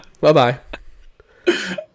Bye-bye